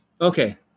Okay